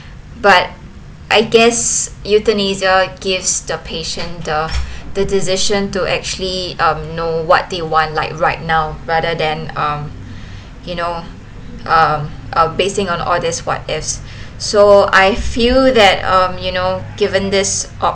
but I guess euthanasia gives the patient the the decision to actually um know what they want like right now rather than um you know um basing on all this what if so I feel that um you know given this op~